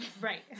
Right